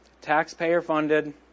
Taxpayer-funded